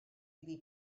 iddi